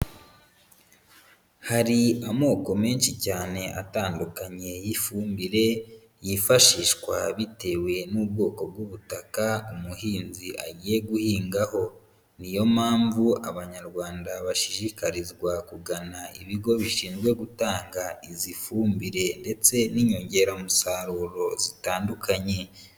Hari amoko menshi cyane atandukanye y'ifumbire, yifashishwa bitewe n'ubwoko bw'ubutaka umuhinzi agiye guhingaho, niyo mpamvu Abanyarwanda bashishikarizwa kugana ibigo bishinzwe gutanga izi fumbire ndetse n'inyongeramusaruro zitandukanye.